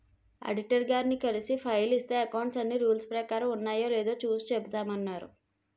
auditor గారిని కలిసి file ఇస్తే అకౌంట్స్ అన్నీ రూల్స్ ప్రకారం ఉన్నాయో లేదో చూసి చెబుతామన్నారు